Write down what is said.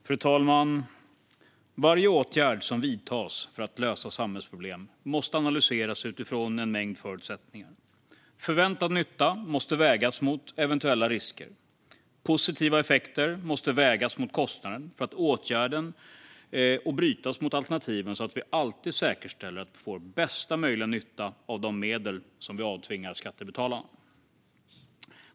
Fru talman! Varje åtgärd som vidtas för att lösa samhällsproblem måste analyseras utifrån en mängd förutsättningar. Förväntad nytta måste vägas mot eventuella risker. Positiva effekter måste vägas mot kostnaden för åtgärden och brytas mot alternativen, så att vi alltid säkerställer att vi får bästa möjliga nytta av de medel vi avtvingar skattebetalarna.